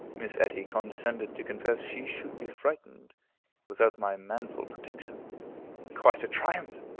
miss etty condescended to confess she should be frightened without my manful protection quite a triumph!